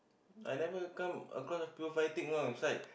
I never come across people fighting you know inside